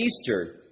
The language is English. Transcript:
Easter